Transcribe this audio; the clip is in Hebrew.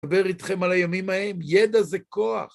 מדבר איתכם על הימים ההם, ידע זה כוח.